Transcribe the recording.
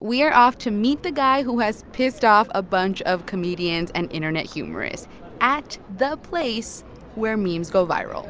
we are off to meet the guy who has pissed off a bunch of comedians and internet humorists at the place where memes go viral